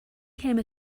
came